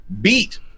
Beat